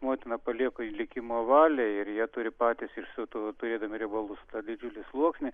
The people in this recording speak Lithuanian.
motina palieka jį likimo valiai ir jie turi patys ir savo tų turėdami riebalus didžiulį sluoksnį